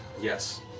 Yes